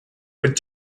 but